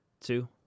two